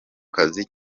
kazi